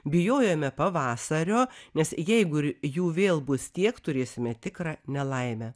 bijojome pavasario nes jeigu ir jų vėl bus tiek turėsime tikrą nelaimę